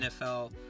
NFL